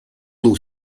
low